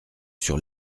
sur